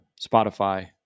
Spotify